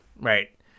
Right